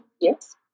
Yes